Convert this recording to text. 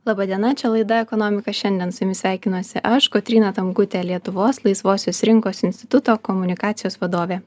laba diena čia laida ekonomika šiandien su jumis sveikinuosi aš kotryna tamkutė lietuvos laisvosios rinkos instituto komunikacijos vadovė